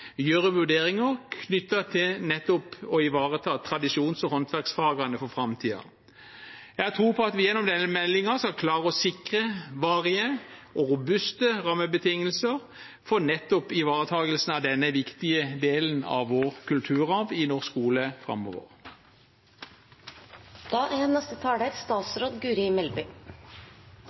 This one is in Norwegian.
gjøre vurderinger knyttet til nettopp å ivareta tradisjons- og håndverksfagene for framtiden. Jeg har tro på at vi gjennom denne meldingen skal klare å sikre varige og robuste rammebetingelser for nettopp ivaretakelsen av denne viktige delen av vår kulturarv i norsk skole framover. Tradisjons- og håndverksfagene er